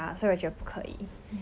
err